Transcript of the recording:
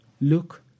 Look